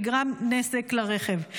נגרם נזק לרכב,